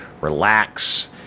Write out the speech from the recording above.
relax